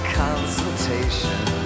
consultation